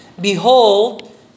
Behold